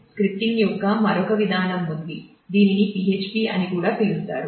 scripting యొక్క మరొక విధానం ఉంది దీనిని PHP అని కూడా పిలుస్తారు